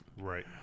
Right